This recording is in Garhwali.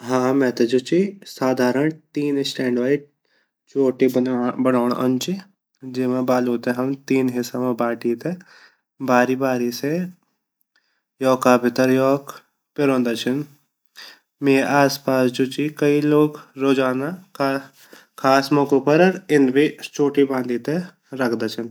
हाँ मेते जू ची साधारंड टी स्टाइल वाई छोटी बंदोड़ औंदी ची जेमा बालू ते हम तीन हिस्सा मा बाटी ते बारी-बारी से योका भीतर योक पिरोंदा छीन मेरा आसपास जु छिन लोग रोज़ाना अर ख़ास मोकू पर अर इन भी छोटी बांदी ते रखदा छिन।